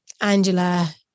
Angela